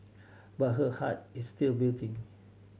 but her heart is still beating